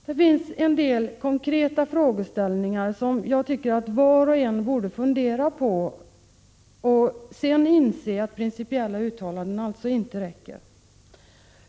Det finns en del konkreta frågeställningar som jag tycker att var och en borde fundera på och sedan inse att principiella uttalanden alltså inte räcker.